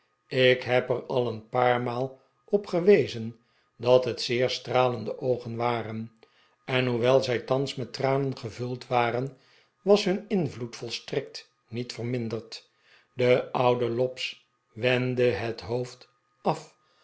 ik heb er al een paar maal op gewezen dat het zeer stralende oogen waren en hoewel zij thans met tranen gevuld waren was hun invloed volstrekt niet verminderd de oude lobbs wendde het hoofd af